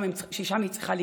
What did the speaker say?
ששם היא צריכה להיות.